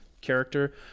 character